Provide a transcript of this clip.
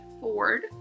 Ford